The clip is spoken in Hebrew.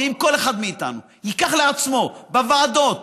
ואם כל אחד מאיתנו ייקח לעצמו בוועדות